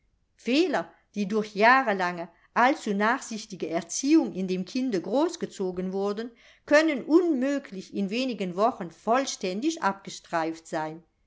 fehler die durch jahrelange allzunachsichtige erziehung in dem kinde groß gezogen wurden können unmöglich in wenigen wochen vollständig abgestreift sein